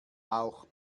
auch